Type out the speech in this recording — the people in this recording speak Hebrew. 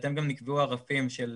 ובהתאם גם נקבעו הרפים של